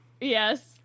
yes